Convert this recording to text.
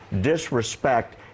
disrespect